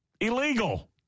Illegal